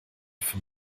für